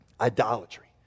idolatry